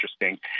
interesting